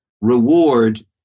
reward